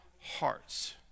hearts